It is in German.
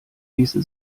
ließe